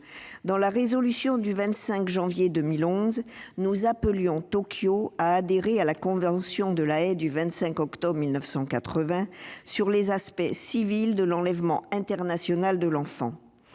Dans la résolution du 25 janvier 2011, nous appelions Tokyo à adhérer à la convention de la Haye du 25 octobre 1980 sur les aspects civils de l'enlèvement international d'enfants.